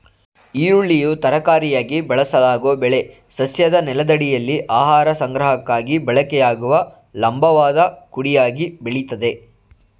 ಈರುಳ್ಳಿಯು ತರಕಾರಿಯಾಗಿ ಬಳಸಲಾಗೊ ಬೆಳೆ ಸಸ್ಯದ ನೆಲದಡಿಯಲ್ಲಿ ಆಹಾರ ಸಂಗ್ರಹಕ್ಕಾಗಿ ಬಳಕೆಯಾಗುವ ಲಂಬವಾದ ಕುಡಿಯಾಗಿ ಬೆಳಿತದೆ